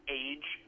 age